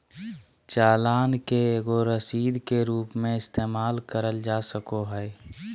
चालान के एगो रसीद के रूप मे इस्तेमाल करल जा सको हय